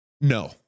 No